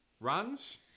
runs